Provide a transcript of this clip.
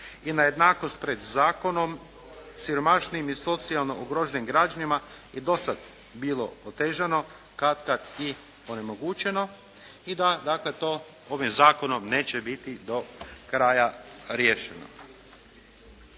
i na jednakost pred zakonom siromašnim i socijalno ugroženim građanima i dosad bilo otežano, katkad i onemogućeno i da dakle to ovim zakonom neće biti do kraja riješeno.